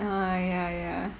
ah ya ya